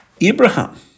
Abraham